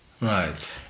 Right